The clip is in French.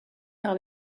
par